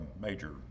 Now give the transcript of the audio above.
major